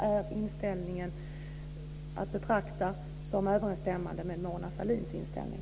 Är inställningen att betrakta som överensstämmande med Mona Sahlins inställning?